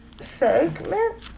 segment